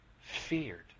feared